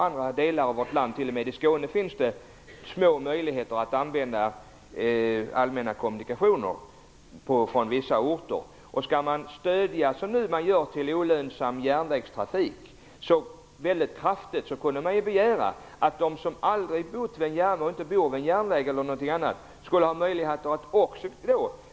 I Skåne finns det små möjligheter att använda allmänna kommunikationer på vissa orter. Skall vi stödja, som vi nu gör, olönsam järnvägstrafik så väldigt kraftigt, kunde man begära att de som inte bor vid järnvägen också skall få möjlighet åka tåg.